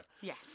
Yes